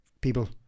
people